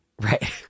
Right